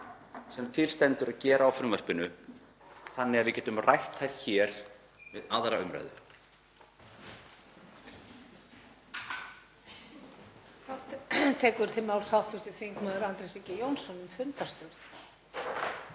sem til stendur að gera á frumvarpinu þannig að við getum rætt þær hér við 2. umr.